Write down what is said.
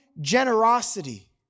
generosity